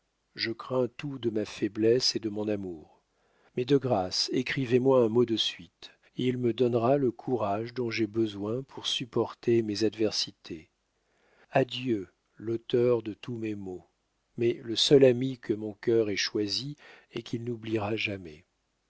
je crains tout de ma faiblesse et de mon amour mais de grâce écrivez moi un mot de suite il me donnera le courage dont j'ai besoin pour supporter mes adversités adieu l'oteur de tous mes maux mais le seul ami que mon cœur ai choisi et qu'il n'oublira jamais